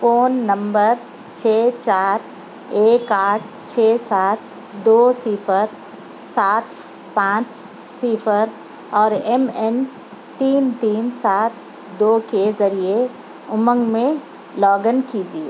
phone number چھ چار ایک آٹھ چھ سات دو صِفر سات پانچ صِفر اور ایم این تین تین سات دو کے ذریعے اُمنگ میں لاگ ان کیجئے